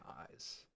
eyes